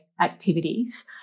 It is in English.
activities